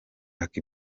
jack